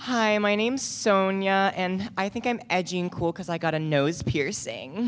hi my name's sonia and i think i'm edging quote because i got a nose piercing